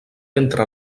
entre